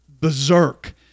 berserk